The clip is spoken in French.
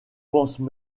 pensent